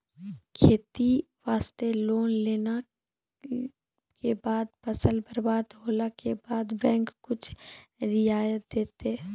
खेती वास्ते लोन लेला के बाद फसल बर्बाद होला के बाद बैंक कुछ रियायत देतै?